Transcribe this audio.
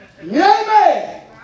Amen